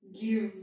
give